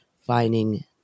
finding